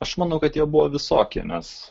aš manau kad jie buvo visokie nes